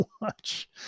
watch